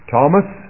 Thomas